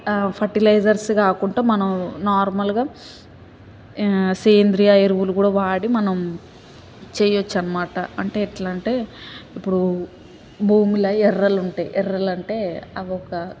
fertilisers కాకుండా మనం నార్మల్గా సేంద్రియ ఎరువులు కూడా వాడి మనం చేయవచ్చు అనమాట అంటే ఎట్లంటే ఇప్పుడు భూమిల ఎర్రలు ఉంటాయి ఎర్రలు అంటే అవి ఒక